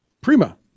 Prima